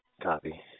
Copy